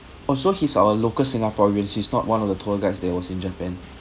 also he's our local singaporean he's not one of the tour guides there was in japan